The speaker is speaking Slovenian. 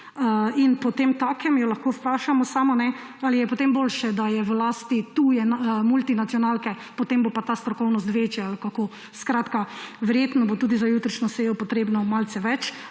In potemtakem jo lahko vprašamo samo, ali je potem boljše, da je v lasti tuje multinacionalke. Potem bo pa ta strokovnost večja, ali kako? Skratka, verjetno bo tudi za jutrišnjo sejo treba malce več